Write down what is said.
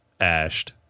ashed